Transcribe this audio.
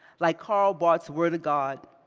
like karl barth's word of god,